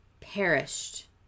perished